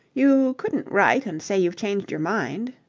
you couldn't write and say you've changed your mind?